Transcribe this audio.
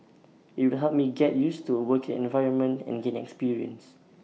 IT will help me get used to A working environment and gain experience